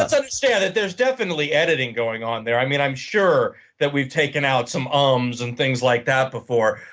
ah understand that there's definitely editing going on, there. i'm i'm sure that we've taken out some ums and things like that before.